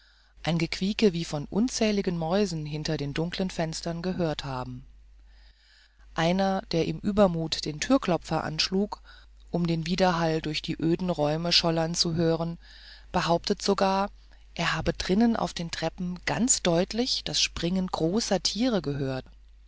ein gequieke wie von unzähligen mäusen hinter den dunklen fenstern gehört haben einer der im übermut den türklopfer anschlug um den widerhall durch die öden räume schallen zu hören behauptet sogar er habe drinnen auf den treppen ganz deutlich das springen großer tiere gehört